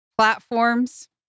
platforms